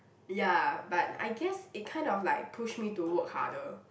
ya but I guess it kind of like push me to work harder